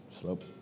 slope